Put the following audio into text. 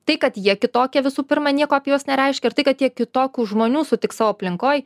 tai kad jie kitokie visų pirma nieko apie juos nereiškia ir tai kad jie kitokių žmonių sutiks savo aplinkoj